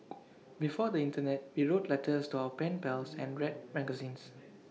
before the Internet we wrote letters to our pen pals and read magazines